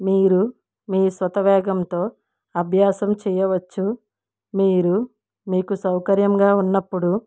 మీరు మీ స్వత వేగంతో అభ్యాసం చేయవచ్చు మీరు మీకు సౌకర్యముగా ఉన్నప్పుడు